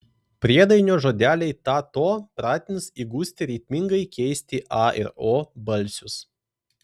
priedainio žodeliai ta to pratins įgusti ritmingai keisti a ir o balsius